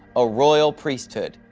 a royal priesthood,